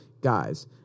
guys